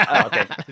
okay